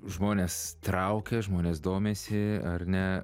žmones traukia žmonės domisi ar ne